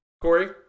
Corey